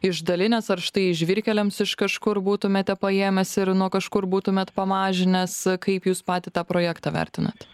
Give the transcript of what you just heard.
išdalinęs ar štai žvyrkeliams iš kažkur būtumėte paėmęs ir nuo kažkur būtumėt pamažinęs kaip jūs patį tą projektą vertinat